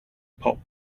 pop